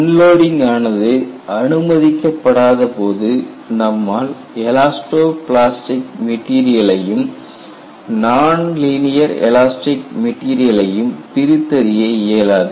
unloading ஆனது அனுமதிக்கப்படாத போது நம்மால் எலாஸ்டோ பிளாஸ்டிக் மெட்டீரியல் ஐயும் நான்லீனியர் எலாஸ்டிக் மெட்டீரியல் ஐயும் பிரித்தறிய இயலாது